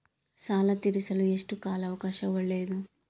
ಸಾಲ ತೇರಿಸಲು ಎಷ್ಟು ಕಾಲ ಅವಕಾಶ ಒಳ್ಳೆಯದು?